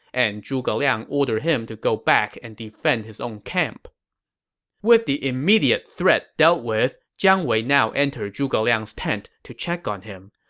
and zhuge liang ordered him to go back and defend his own camp with the immediately threat dealt with, jiang wei now entered zhuge liang's tent to check on him.